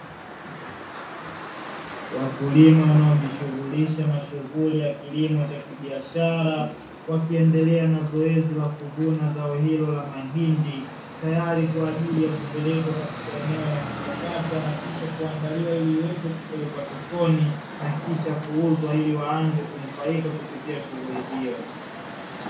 Wakulima wanao jishughulisha na kilimo cha biashara wakiendelea na zoezi la kuvuna zao hilo la mahindi, tayari kwa ajili ya kupelekwa katika eneo la kuchakata na kisha kuandaliwa ili iweze kupelekwa sokoni na kisha kuuzwa, ili waanze kunufaika kupitia shughuli hiyo.